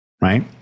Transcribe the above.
Right